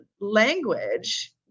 language